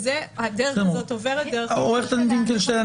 הדרך הזאת עוברת דרך --- עורכת הדין פינקלשטיין,